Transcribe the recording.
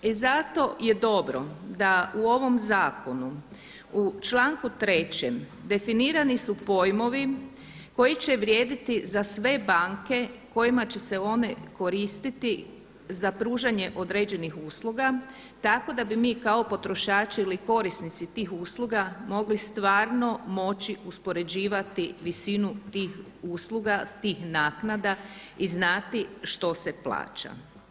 I zato je dobro da u ovom zakonu u članku 3. definirani su pojmovi koji će vrijediti za sve banke kojima će se one koristiti za pružanje određenih usluga, tako da bi mi kao potrošači ili korisnici tih usluga mogli stvarno moći uspoređivati visinu tih usluga, tih naknada i znati što se plaća.